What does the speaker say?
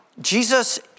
Jesus